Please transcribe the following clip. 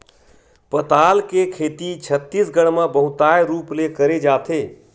पताल के खेती छत्तीसगढ़ म बहुताय रूप ले करे जाथे